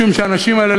משום שהאנשים האלה,